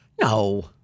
No